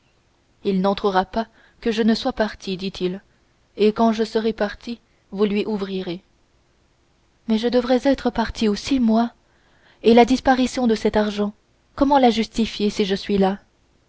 il n'entrera pas que je ne sois parti dit-il et quand je serai parti vous lui ouvrirez mais je devrais être partie aussi moi et la disparition de cet argent comment la justifier si je suis là